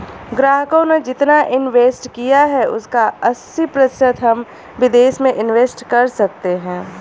ग्राहकों ने जितना इंवेस्ट किया है उसका अस्सी प्रतिशत हम विदेश में इंवेस्ट कर सकते हैं